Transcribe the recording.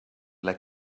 like